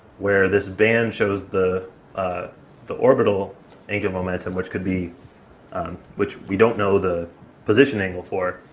where this band shows the ah the orbital angular momentum, which could be which we don't know the position angle for,